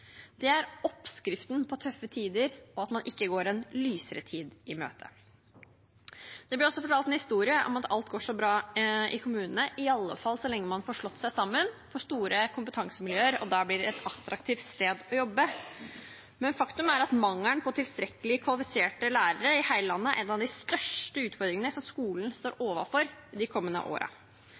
Det er oppskriften på tøffe tider, og at man ikke går en lysere tid i møte. Det blir også fortalt en historie om at alt går så bra i kommunene – i alle fall så lenge man får slått seg sammen, for med store kompetansemiljøer blir det et attraktivt sted å jobbe. Men faktum er at mangelen på tilstrekkelig kvalifiserte lærere i hele landet, er en av de største utfordringene skolen står overfor de kommende